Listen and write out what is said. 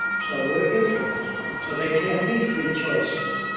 so we're influenced so there can't be free choices.